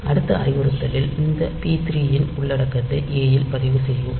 அடுத்த அறிவுறுத்தலில் இந்த p3 இன் உள்ளடக்கத்தை a இல் பதிவு செய்யும்